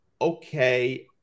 okay